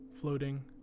floating